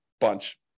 bunch